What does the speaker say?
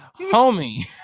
homie